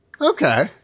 okay